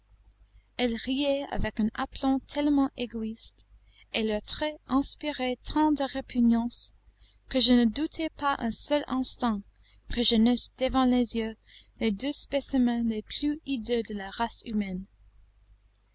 elles riaient avec un aplomb tellement égoïste et leurs traits inspiraient tant de répugnance que je ne doutai pas un seul instant que je n'eusse devant les yeux les deux spécimens les plus hideux de la race humaine